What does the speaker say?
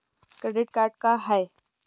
Credit card का हाय?